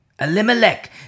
Elimelech